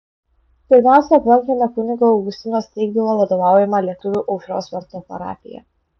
pirmiausia aplankėme kunigo augustino steigvilo vadovaujamą lietuvių aušros vartų parapiją